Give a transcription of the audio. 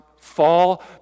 fall